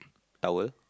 owl